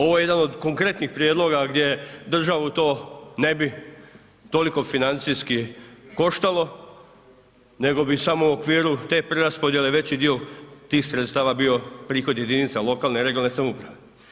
Ovo je jedan od konkretnih prijedloga gdje državu to ne bi toliko financijski koštalo, nego bi samo u okviru te preraspodjele veći dio tih sredstava bio prihod jedinica lokalne i regionalne samouprave.